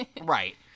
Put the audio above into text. Right